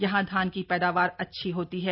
यहां धान की पैदावार अच्छी होती है